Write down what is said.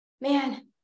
Man